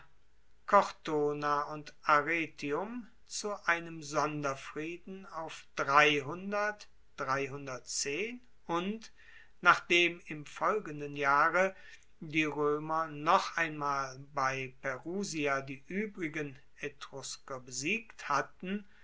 cortona und arretium zu einem sonderfrieden auf dreihundert und nachdem im folgenden jahre die roemer noch einmal bei perusia die uebrigen etrusker besiegt hatten